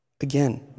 again